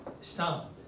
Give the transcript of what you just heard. Stop